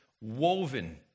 woven